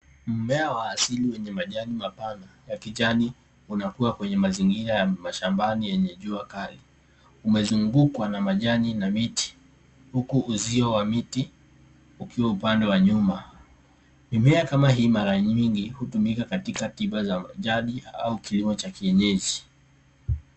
Mmea wa asili wenye majani mapana na kijani unakua kwenye mazingira ya mashambani yenye jua kali. Umezungukwa na majani na miti huku uzio wa miti ukiwa upande wa nyuma. Mimea kama hii mara nyingi hutumika katika tiba za jadi au kioo cha kienyeji.